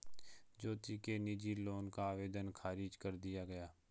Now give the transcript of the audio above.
ज्योति के निजी लोन का आवेदन ख़ारिज कर दिया गया